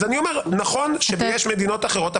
אז אני אומר: נכון שיש מדינות אחרות,